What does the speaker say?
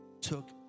took